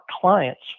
clients